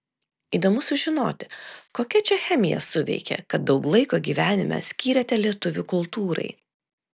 įdomu sužinoti kokia čia chemija suveikė kad daug laiko gyvenime skyrėte lietuvių kultūrai